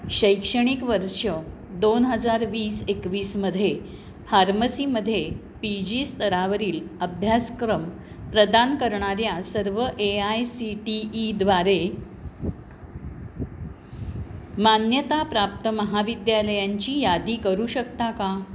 शैक्षणिक वर्ष दोन हजार वीस एकवीसमध्ये फार्मसीमध्ये पी जी स्तरावरील अभ्यासक्रम प्रदान करणाऱ्या सर्व ए आय सी टी ईद्वारे मान्यताप्राप्त महाविद्यालयांची यादी करू शकता का